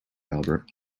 albert